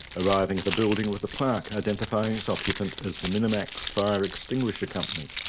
arriving at a building with a plaque identifying its occupant as the minimax fire extinguisher company.